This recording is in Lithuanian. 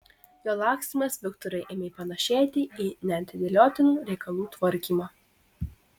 jo lakstymas viktorui ėmė panašėti į neatidėliotinų reikalų tvarkymą